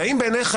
והאם בעיניך